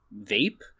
vape